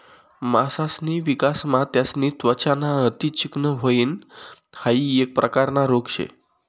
मासासनी विकासमा त्यासनी त्वचा ना अति चिकनं व्हयन हाइ एक प्रकारना रोग शे